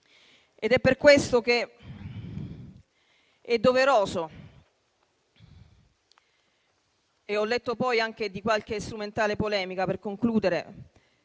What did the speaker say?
Per questo è doveroso. Ho letto poi anche di qualche strumentale polemica, ma per concludere